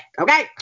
Okay